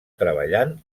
treballant